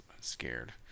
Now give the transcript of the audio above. scared